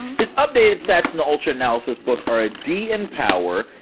his updated stats in the ultra analysis book are a d in power,